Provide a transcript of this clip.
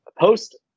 post